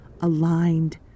aligned